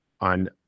on